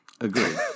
agree